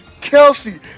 Kelsey